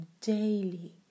daily